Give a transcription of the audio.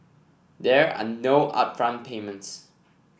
there are no upfront payments